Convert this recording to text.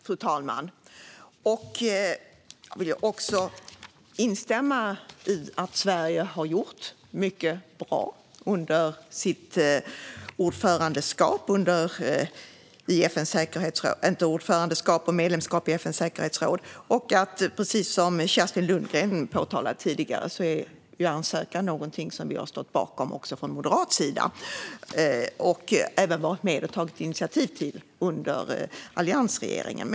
Fru talman! Jag vill instämma i att Sverige har gjort många bra saker under sitt medlemskap i FN:s säkerhetsråd. Precis som Kerstin Lundgren påpekade tidigare stod också vi från moderat sida bakom ansökan. Vi var även med och tog initiativ till den under alliansregeringens tid.